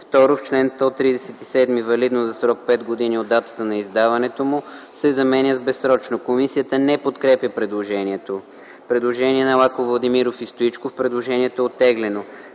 В чл. 137 „валидно за срок пет години от датата на издаването му” се заменя с „безсрочно”. Комисията не подкрепя предложението. Има предложение на Лаков, Владимиров и Стоичков, което е оттеглено.